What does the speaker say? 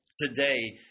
today